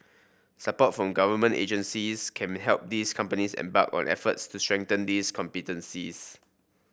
support from government agencies can help these companies embark on efforts to strengthen these competencies